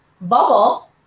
bubble